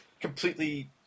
completely